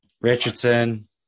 Richardson